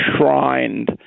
enshrined